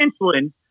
insulin